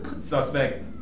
Suspect